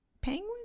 penguin